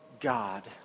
God